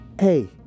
hey